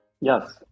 Yes